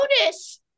notice